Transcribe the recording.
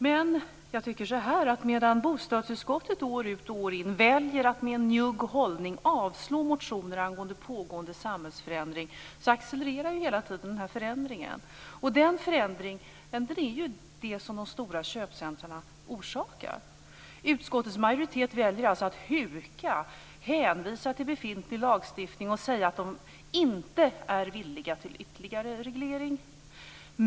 Medan bostadsutskottet år ut och år in väljer att med en njugg hållning avslå motioner angående pågående samhällsförändring accelererar hela tiden den här förändringen. Den förändringen orsakas av de stora köpcentrumen. Utskottets majoritet väljer alltså att huka, hänvisa till befintlig lagstiftning och säga att man inte är villig till ytterligare reglering.